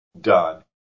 done